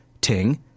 Ting